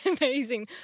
amazing